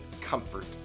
comfort